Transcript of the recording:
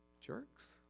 jerks